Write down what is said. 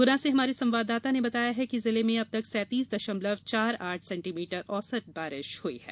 गुना से हमारे संवाददाता ने बताया है कि जिले में अब तक सैतीस दशमलव चार आठ सेण्टीमीटर औसत वर्षा हो चुकी है